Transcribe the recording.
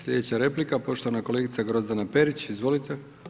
Slijedeća replika poštovana kolegica Grozdana Perić, izvolite.